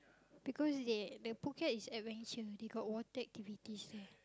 because they the Phuket is adventure they got water activities there